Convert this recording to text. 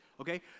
Okay